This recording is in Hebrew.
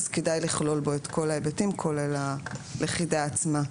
אז כדאי לכלול בו את כל ההיבטים כולל הלכידה עצמה,